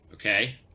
Okay